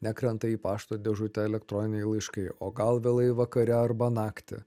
nekrenta į pašto dėžutę elektroniniai laiškai o gal vėlai vakare arba naktį